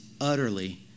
utterly